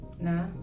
Nah